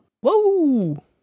Whoa